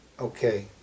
Okay